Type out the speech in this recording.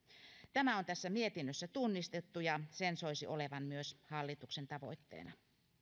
tämä on tässä mietinnössä tunnistettu ja sen soisi olevan myös hallituksen tavoitteena